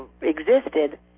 existed